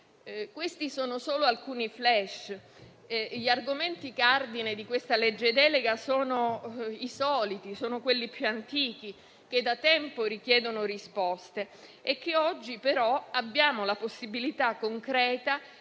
Questi sono solo alcuni *flash.* Gli argomenti cardine di questa legge delega sono i soliti, sono quelli più antichi che da tempo richiedono risposte e che oggi però abbiamo la possibilità concreta